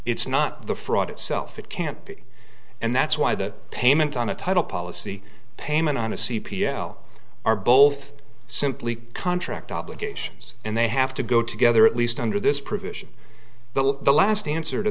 it's not the fraud itself it can't be and that's why the payment on a title policy payment on a c p l are both simply contract obligations and they have to go together at least under this provision but the last answer to